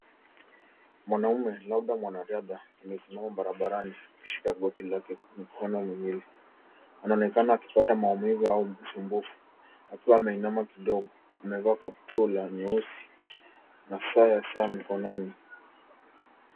Mwanaume, labda mwanadada amesimama barabarani akishika goti lake mikoni miwili. Anaonekana akipata maumivu au usumbufu, akiwa ameinama kidogo. Amevaa kaptura nyeusi na saa ya Soni mkononi.